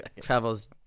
travels